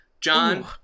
John